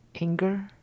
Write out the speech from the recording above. anger